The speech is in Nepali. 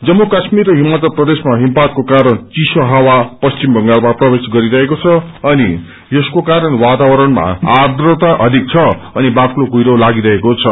जम्पू काश्मीर र हिमाचन प्रदेशमा हिमपातको कारण चिसो हावा पश्चिम बंगालमा प्रवेश गरिरहेको छ अनि यसको कारण वातावरणमा आर्दता अधिक छ अनि बाक्लो कुहिरो लागिरहेको छ